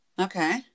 Okay